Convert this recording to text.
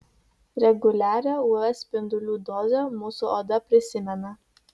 reguliarią uv spindulių dozę mūsų oda prisimena